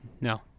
No